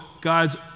God's